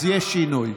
אז יש שינוי.